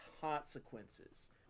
consequences